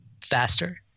faster